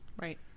Right